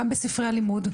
גם בספרי הלימוד,